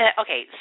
okay